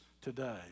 today